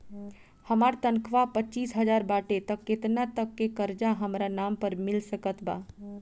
हमार तनख़ाह पच्चिस हज़ार बाटे त केतना तक के कर्जा हमरा नाम पर मिल सकत बा?